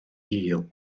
gul